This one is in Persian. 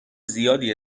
زیادی